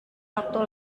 waktu